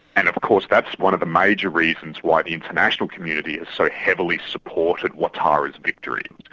and of course that's one of the major reasons why the international community has so heavily supported ouattara's victory.